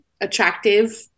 attractive